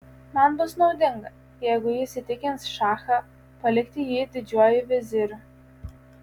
man bus naudinga jeigu jis įtikins šachą palikti jį didžiuoju viziriu